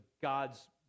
God's